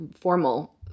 formal